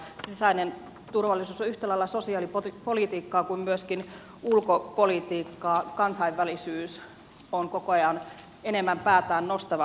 sisäinen turvallisuus on yhtä lailla sosiaalipolitiikkaa kuin myöskin ulkopolitiikkaa kansainvälisyys on koko ajan enemmän päätään nostava osa tässä